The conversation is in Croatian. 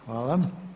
Hvala.